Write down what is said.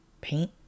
Paint